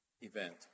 event